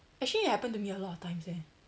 actually it happened to me a lot of times eh